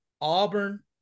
Auburn